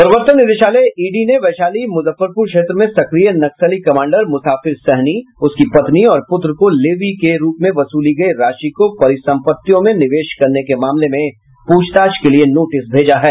प्रवर्तन निदेशालय ईडी ने वैशाली मुजफ्फरपुर क्षेत्र में सक्रिय नक्सली कमांडर मुसाफिर सहनी उसकी पत्नी और पुत्र को लेवी के रूप में वसूली गई राशि को परिसंपत्तियों में निवेश करने के मामले में पूछताछ के लिए नोटिस भेजा है